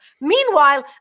Meanwhile